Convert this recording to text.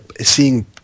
seeing